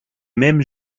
mêmes